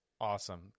Awesome